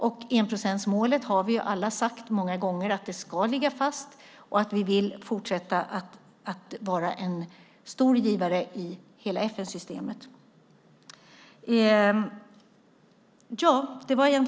Vi har alla sagt många gånger att enprocentsmålet ska ligga kvar och att vi vill fortsätta att vara en stor givare i hela FN-systemet.